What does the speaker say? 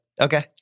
Okay